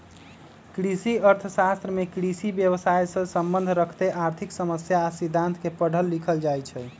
कृषि अर्थ शास्त्र में कृषि व्यवसायसे सम्बन्ध रखैत आर्थिक समस्या आ सिद्धांत के पढ़ल लिखल जाइ छइ